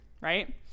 right